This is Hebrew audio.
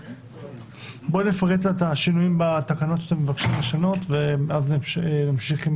בואי נפרט את השינויים בתקנות שאתם מבקשים לשנות ואז נמשיך עם